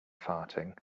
farting